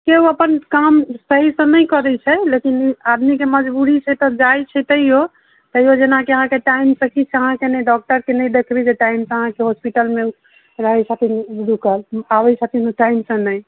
से ओ अपन काम सहीसँ नहि करै छै लेकिन आदमी के मजबूरी छै तऽ जाइ छै तैयो तैयो जेनाकि अहाँके टाइम सँ किछु अहाँके नहि डॉक्टर के नहि देखाबैके टाइम से अहाँके हॉस्पिटल मे ओ रहै छथिन रुकल आबै छथिन टाइम सँ नहि